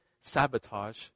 sabotage